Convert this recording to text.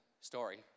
story